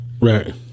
Right